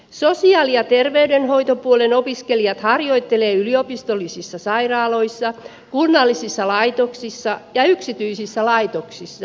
sosiaali ja terveydenhoitopuolen opiskelijat harjoittelevat yliopistollisissa sairaaloissa kunnallisissa laitoksissa ja yksityisissä laitoksissa